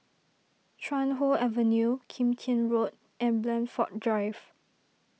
Chuan Hoe Avenue Kim Tian Road and Blandford Drive